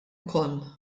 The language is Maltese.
ukoll